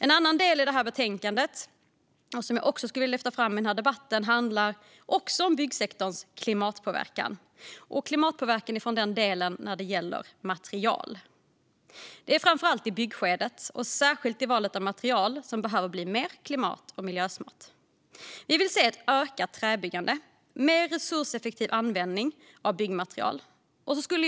En annan del i betänkandet som jag också vill lyfta fram i debatten handlar om byggsektorns klimatpåverkan när det gäller material. Det gäller framför allt i byggskedet och särskilt valet av material som behöver bli mer klimat och miljösmart. Vi vill se ett ökat träbyggande och mer resurseffektiv användning av byggmaterial.